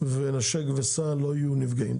ו'נשק וסע' לא יהיו נפגעים,